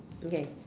okay